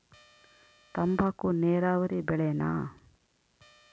ತಂಬಾಕು ನೇರಾವರಿ ಬೆಳೆನಾ?